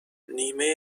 نیمه